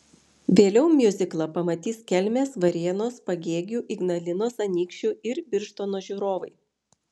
vėliau miuziklą pamatys kelmės varėnos pagėgių ignalinos anykščių ir birštono žiūrovai